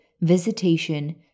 visitation